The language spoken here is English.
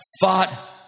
fought